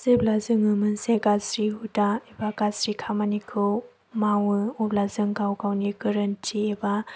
जेब्ला जोङो मोनसे गाज्रि हुदा एबा गाज्रि खामानिखौ मावो अब्ला जों गाव गावनि गोरोन्थि एबा